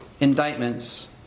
indictments